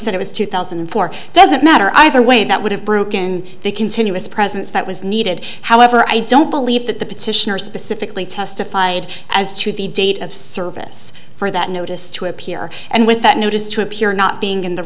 said it was two thousand and four doesn't matter either way that would have broken the continuous presence that was needed however i don't believe that the petitioner specifically testified as to the date of service for that notice to appear and with that notice to appear not being in the